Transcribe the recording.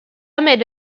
made